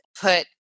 put